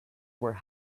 were